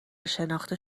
شناخته